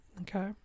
okay